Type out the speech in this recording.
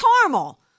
caramel